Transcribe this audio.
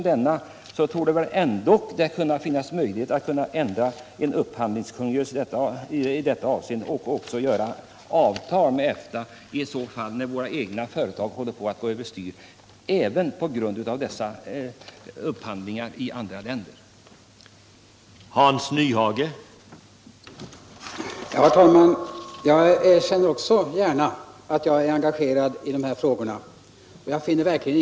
Det torde ändå kunna finnas möjligheter att ändra på upphandlingskungörelsen i detta avseende och även att träffa avtal med EFTA i en situation där våra egna företag håller på att gå över styr, något som dessa upphandlingar i andra länder bidrar till.